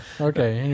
Okay